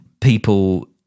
people